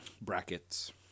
brackets